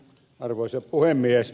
arvoisa puhemies